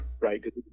Right